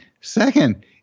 Second